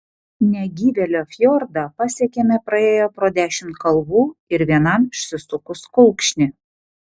negyvėlio fjordą pasiekėme praėję pro dešimt kalvų ir vienam išsisukus kulkšnį